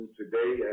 today